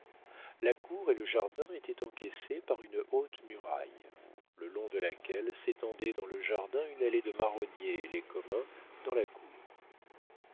la cour et le jardin étaient encaissés par une haute muraille le long de laquelle s'étendaient dans le jardin une allée de marronniers et les communs dans la cour